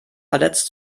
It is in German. verletzt